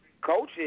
coaches